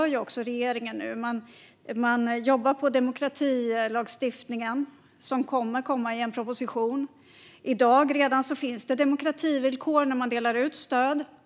Det gör också regeringen nu när man jobbar på demokratilagstiftningen, som kommer att komma i en proposition. Det civila samhället, inklusive trossamfund I dag finns det redan demokrativillkor som tillämpas när man delar ut stöd.